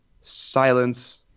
Silence